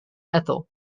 ethel